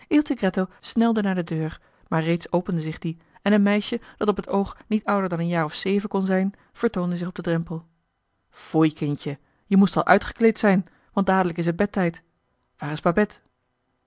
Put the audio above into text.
snelde naar de deur maar reeds opende zich die en een meisje dat op het oog niet ouder dan een jaar of zeven kon zijn vertoonde zich op den drempel foei kindje je moest al uitgekleed zijn want dadelijk is het bedtijd waar is